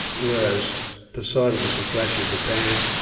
whereas poseidon was a flash in the pan,